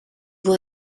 wil